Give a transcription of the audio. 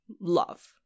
love